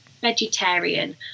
vegetarian